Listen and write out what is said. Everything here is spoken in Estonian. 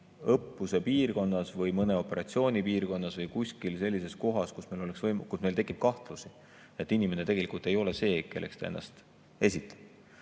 õppuse piirkonnas või mõne operatsiooni piirkonnas või kuskil sellises kohas, kus meil tekib kahtlusi, et inimene ei ole see, kellena ta ennast esitab.